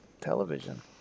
television